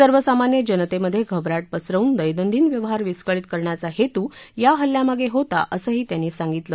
सर्वसामान्य जनतेमध्ये घबराट पसरवून दैनंदिन व्यवहार विस्कळीत करण्याचा हेतू या हल्ल्यामागे होता असंही त्यांनी सांगितलं